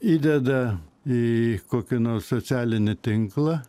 įdeda į kokį nors socialinį tinklą